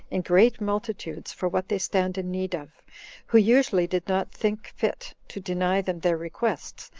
in great multitudes, for what they stand in need of who usually did not think fit to deny them their requests,